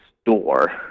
store